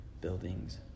buildings